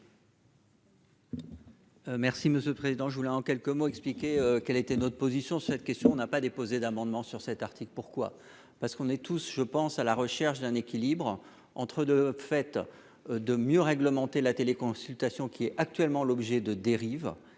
monsieur le président, je voulais en quelques mots expliquer quelle était notre position, cette question n'a pas déposé d'amendement sur cet article, pourquoi, parce qu'on est tous, je pense à la recherche d'un équilibre entre deux fait de mieux réglementer la téléconsultation qui est actuellement l'objet de dérives